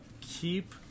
keep